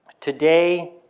Today